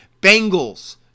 Bengals